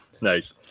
Nice